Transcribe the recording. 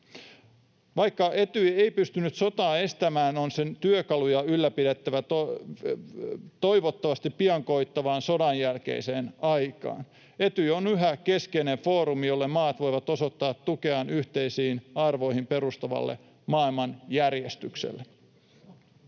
Vaikka Etyj ei pystynyt sotaa estämään, on sen työkaluja ylläpidettävä toivottavasti pian koittavaan sodan jälkeiseen aikaan. Etyj on yhä keskeinen foorumi, jossa maat voivat osoittaa tukeaan yhteisiin arvoihin perustuvalle maailmanjärjestykselle.